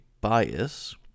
bias